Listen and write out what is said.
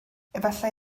efallai